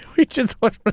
which is what but